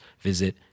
visit